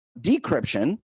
decryption